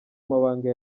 mabanga